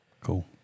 Cool